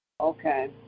Okay